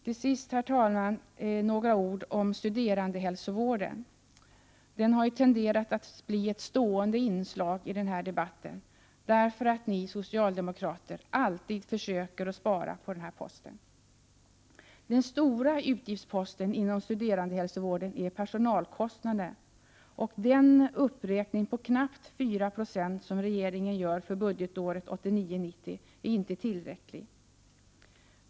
Till sist, herr talman, några ord om studerandehälsovården. Den har tenderat att bli ett stående inslag i denna debatt, därför att ni socialdemokrater alltid försöker spara på denna post. Den stora utgiftsposten inom studerandehälsovården är personalkostnaderna. Den uppräkning på knappt 4 90 som regeringen gör för budgetåret 1989/90 är inte tillräcklig.